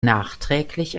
nachträglich